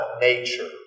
nature